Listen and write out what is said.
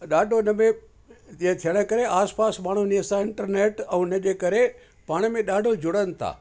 ॾाढो इन में ईअं थियण करे आस पास माण्हुनि ईअं इंटरनेट ऐं उनजे करे पाण में ॾाढो जुड़नि था